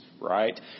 right